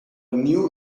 new